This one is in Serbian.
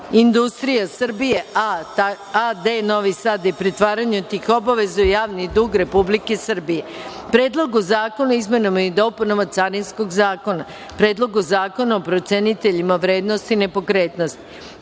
industrija Srbije“ a.d. Novi Sad i pretvaranju tih obaveza u javni dug Republike Srbije; Predlogu zakona o izmenama i dopunama Carinskog zakona; Predlogu zakona o proceniteljima vrednosti nepokretnosti;